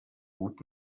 gut